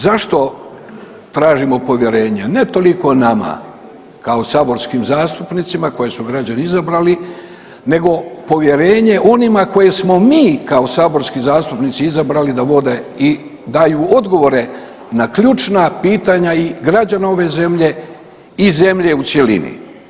Zašto tražimo povjerenje, ne toliko nama kao saborskim zastupnicima koje su građani izabrali nego povjerenje onima koje smo mi kao saborski zastupnici izabrali da vode i daju odgovore na ključna pitanja i građana ove zemlje i zemlje u cjelini.